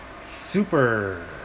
Super